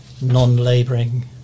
non-labouring